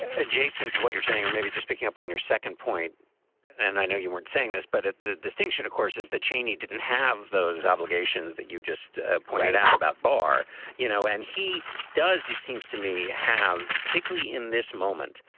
adjacent to what you're saying, or maybe just picking up on your second point and i know you weren't saying this, but the distinction, of course, is that cheney didn't have those obligations that you just pointed out about barr you know, and he does, it seems to me, have particularly particularly in this moment.